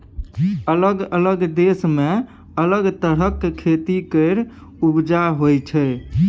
अलग अलग देश मे अलग तरहक खेती केर उपजा होइ छै